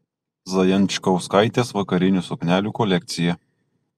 zajančkauskaitės vakarinių suknelių kolekcija